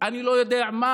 אני לא אוציא.